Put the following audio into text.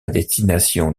destination